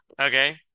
okay